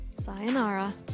Sayonara